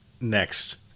next